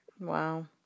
Wow